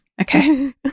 okay